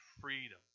freedom